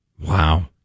Wow